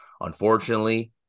Unfortunately